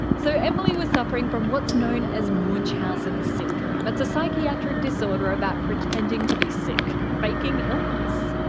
so emily was suffering from what's known as munchausen syndrome. it's a psychiatric disorder about pretending to be sick, faking illness.